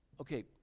Okay